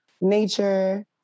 nature